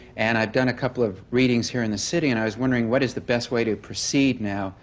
and i've done a couple of readings here in the city, and i was wondering, what is the best way to proceed now,